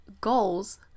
goals